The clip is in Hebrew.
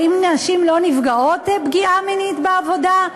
האם נשים לא נפגעות פגיעה מינית בעבודה?